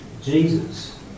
Jesus